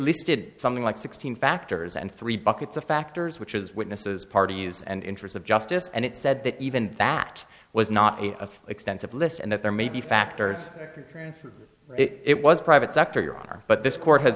listed something like sixteen factors and three buckets of factors which is witnesses parties and interest of justice and it said that even that was not a extensive list and that there may be factors it was private sector your honor but this court has